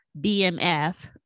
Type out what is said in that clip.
BMF